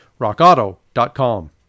rockauto.com